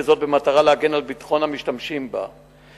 וזאת במטרה להגן על ביטחון המשתמשים בהם.